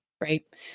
Right